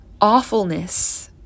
awfulness